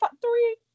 three